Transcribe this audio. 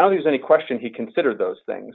i don't see any question he considered those things